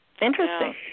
Interesting